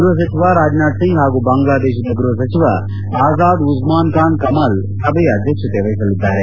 ಗೃಹ ಸಚಿವ ರಾಜನಾಥ್ ಸಿಂಗ್ ಹಾಗೂ ಬಾಂಗ್ಲಾದೇಶದ ಗೃಹ ಸಚಿವ ಅಸಾದ್ಉಜ್ವಾನ್ ಖಾನ್ ಕಮಲ್ ಸಭೆಯ ಅಧ್ಯಕ್ಷತೆ ವಹಿಸಲಿದ್ದಾರೆ